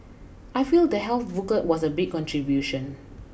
I feel the health booklet was a big contribution